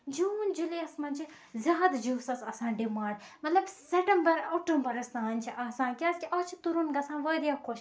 جوٗن جُلیَس منٛز چھِ زیادٕ جوٗسس آسان ڈِمانڈ مطلب سیٚٹمبر اوٚکٹوٗبرس تانۍ چھِ آسان کیازِ کہِ آز چھُ تُرُن گژھان واریاہ خۄش